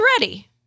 ready